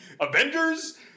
Avengers